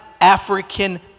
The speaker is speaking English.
African